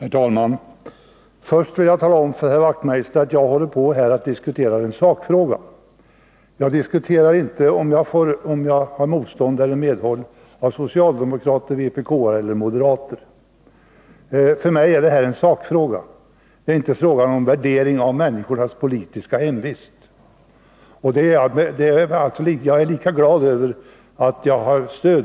Herr talman! Först vill jag tala om för herr Wachtmeister att jag håller på att diskutera en sakfråga. Jag diskuterar inte om jag får motstånd eller medhåll från socialdemokrater, vpk-are eller moderater. För mig är det här en sakfråga. Det gäller inte en värdering av människornas politiska hemvist. Jag är lika glad över att ha stöd